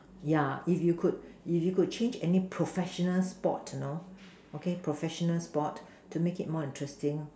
ya if you could if you could change any professional sport you know to make it more interesting